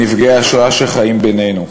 בנפגעי השואה שחיים בינינו.